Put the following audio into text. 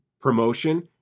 promotion